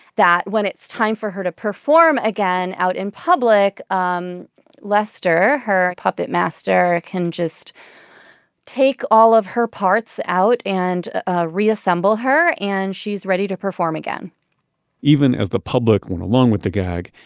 that when it's time for her to perform again out in public, um lester her puppet master can just take all of her parts out and ah reassemble her and she's ready to perform again even as the public went along with the gag,